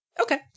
Okay